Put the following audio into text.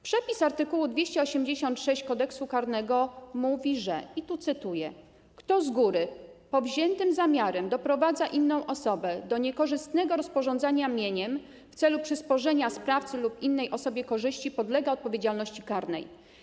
Przepis art. 286 Kodeksu karnego mówi, że, cytuję, kto z góry powziętym zamiarem doprowadza inną osobę do niekorzystnego rozporządzenia mieniem w celu przysporzenia sprawcy lub innej osobie korzyści, podlega odpowiedzialności karnej.